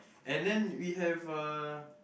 and then we have uh